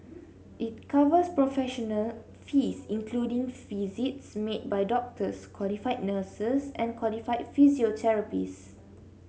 it covers professional fees including visits made by doctors qualified nurses and qualified physiotherapists